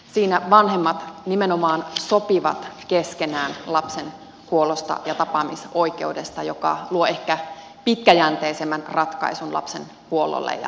siinä vanhemmat nimenomaan sopivat keskenään lapsen huollosta ja tapaamisoikeudesta mikä luo ehkä pitkäjänteisemmän ratkaisun lapsen huollolle ja tapaamiselle